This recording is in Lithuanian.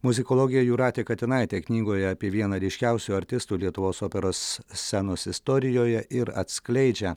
muzikologė jūratė katinaitė knygoje apie vieną ryškiausių artistų lietuvos operos scenos istorijoje ir atskleidžia